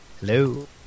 Hello